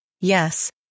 Yes